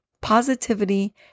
positivity